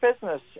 business